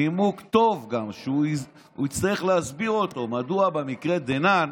נימוק טוב, והוא יצטרך להסביר מדוע במקרה דנן